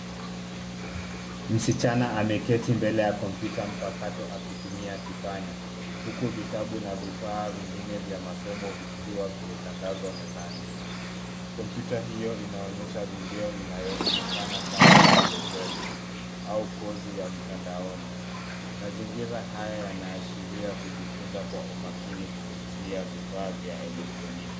Msichana ameketi mbele ya kompyuta mpakato akitumia kipanya huku vitabu na vifaa vingine vya masomo vikiwa vimetandazwa mezani. Kompyuta hiyo inaonyesha video inayoonekana kama maelekezo au kozi ya mtandaoni. Mazingira haya yanaashiria kujifunza kwa umakini kupiti vifaa vya elektroniki.